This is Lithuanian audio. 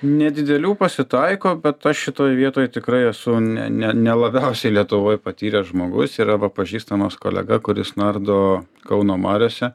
nedidelių pasitaiko bet aš šitoj vietoj tikrai esu ne ne ne labiausiai lietuvoj patyręs žmogus yra pažįstamas kolega kuris nardo kauno mariose